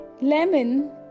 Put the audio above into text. Lemon